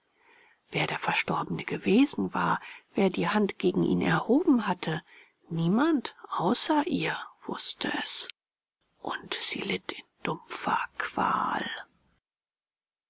wer der verstorbene gewesen war wer die hand gegen ihn erhoben hatte niemand außer ihr wußte es und sie litt in dumpfer qual